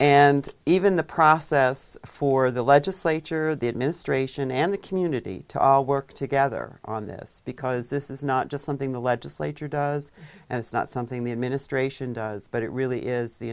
and even the process for the legislature the administration and the community to work together on this because this is not just something the legislature does and it's not something the administration does but it really is the